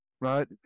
right